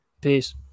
Peace